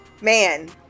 man